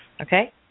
Okay